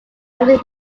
after